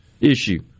issue